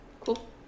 cool